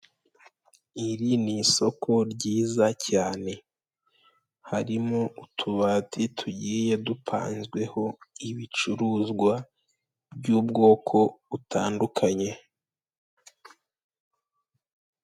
Iri ni isoko ryiza cyane harimo utubati tugiye dupanzweho ibicuruzwa by'ubwoko butandukanye.